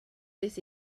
this